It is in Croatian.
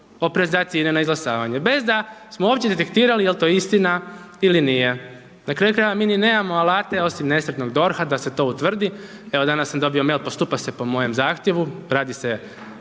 o privatizaciji INE na izglasavanje. Bez da smo uopće detektirali jel to istina ili nije, na kraju krajeva mi ni nemamo alate osim nesretnog DORH-a da se to utvrdi, evo danas sam dobio mail postupa se po mojem zahtjevu, radi se